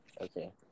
Okay